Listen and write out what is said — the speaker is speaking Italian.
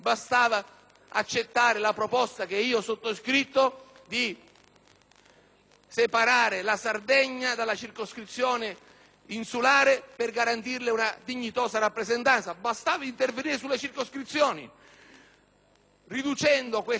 separare la Sardegna dalla circoscrizione insulare per garantirle una dignitosa rappresentanza; bastava intervenire sulle circoscrizioni, riducendo queste enormi circoscrizioni e portandole a dimensione umana,